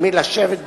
מלשבת בדין,